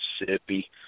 Mississippi